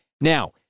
Now